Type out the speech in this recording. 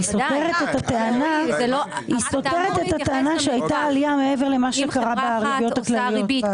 היא סותרת את הטענה שהייתה עלייה מעבר למה שקרה בריביות הכלליות.